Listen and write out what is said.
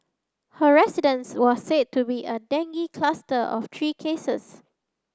her residence was said to be a dengue cluster of three cases